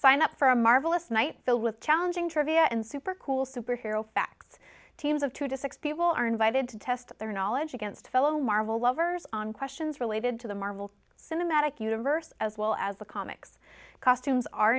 sign up for a marvelous night filled with challenging trivia and super cool superhero facts teams of two to six people are invited to test their knowledge against fellow marvel lovers on questions related to the marvel cinematic universe as well as the comics costumes are